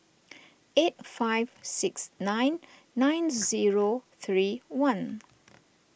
eight five six nine nine zero three one